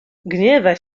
gniewa